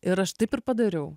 ir aš taip ir padariau